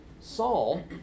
Saul